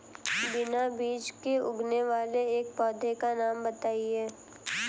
बिना बीज के उगने वाले एक पौधे का नाम बताइए